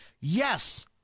Yes